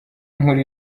inkuru